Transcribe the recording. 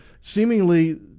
Seemingly